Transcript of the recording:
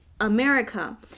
america